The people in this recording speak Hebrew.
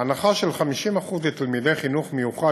ההנחה של 50% לתלמידי החינוך המיוחד